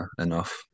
enough